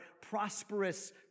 prosperous